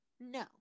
no